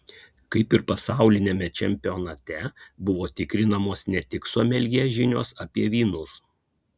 kaip ir pasauliniame čempionate buvo tikrinamos ne tik someljė žinios apie vynus